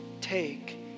take